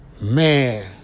Man